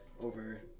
over